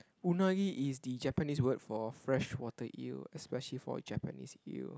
unagi is the Japanese word for fresh water eel especially for Japanese eel